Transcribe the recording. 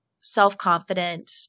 self-confident